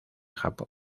japón